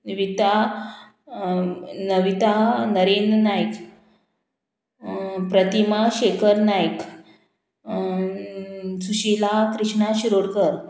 Nivita Navita Narendra Nayak Pratima Shekhar Nayak Sushila Krishna Shirodkar